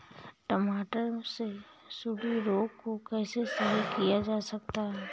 टमाटर से सुंडी रोग को कैसे सही किया जा सकता है?